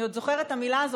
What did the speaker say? אני עוד זוכרת את המילה הזאת,